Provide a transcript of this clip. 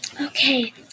Okay